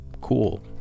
cool